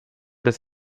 des